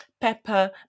pepper